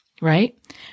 right